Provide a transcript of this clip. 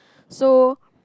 so